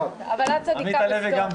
אבל את צדיקה בסדום.